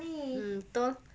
mm betul